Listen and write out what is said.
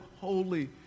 holy